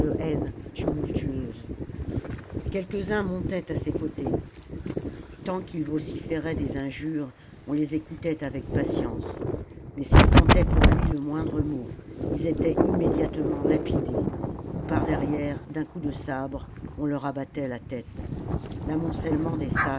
haine tumultueuse quelques-uns montaient à ses côtés tant qu'ils vociféraient des injures on les écoutait avec patience mais s'ils tentaient pour lui le moindre mot ils étaient immédiatement lapidés ou par derrière d'un coup de sabre on leur abattait la tête l'amoncellement des